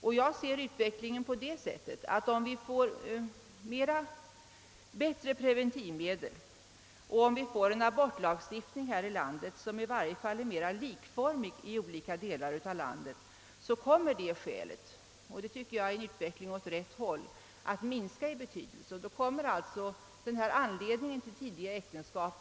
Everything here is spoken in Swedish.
Enligt min uppfattning skulle bättre preventivmedel och en abortlagstiftning, som i varje fall är mera likformig i olika delar av landet, minska betydelsen av detta skäl, vilket jag tycker är en utveckling åt rätt håll.